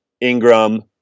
Ingram